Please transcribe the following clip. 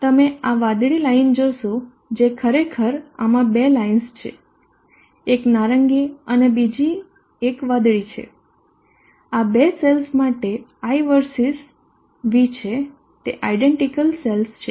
તમે આ વાદળી લાઈન જોશો જે ખરેખર આમાં બે લાઈન્સ છે એક નારંગી અને બીજી એક વાદળી છે આ બે સેલ્સ માટે I versus V છે તે આયડેન્ટીકલ સેલ્સ છે